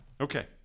Okay